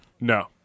No